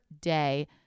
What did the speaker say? day